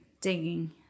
digging